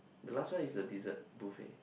the last one is the dessert buffet